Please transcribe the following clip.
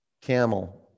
Camel